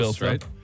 right